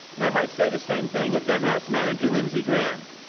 and i might say the same thing of then-house manager, lindsey graham,